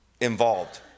involved